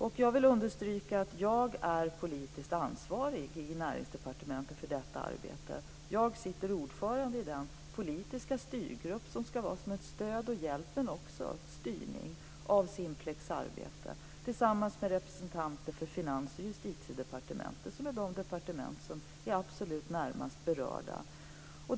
Jag vill också understryka att jag är politiskt ansvarig i Näringsdepartementet. Jag sitter som ordförande i den politiska styrgrupp som ska vara till för stöd och hjälp, men också för styrning av, Simplex arbete. Det gör jag tillsammans med representanter för Finansdepartementet och Justitiedepartementet. Det är de departement som är absolut närmast berörda.